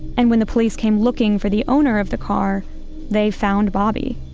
and when the police came looking for the owner of the car they found bobby.